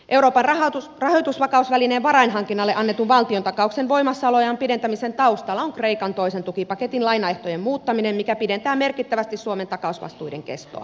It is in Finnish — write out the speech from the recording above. euroopan rahoitusvakausvälineen varainhankinnalle annetun valtiontakauksen voimassaoloajan pidentämisen taustalla on kreikan toisen tukipaketin lainaehtojen muuttaminen mikä pidentää merkittävästi suomen takausvastuiden kestoa